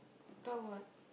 talk what